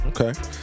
Okay